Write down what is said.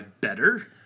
better